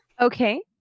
Okay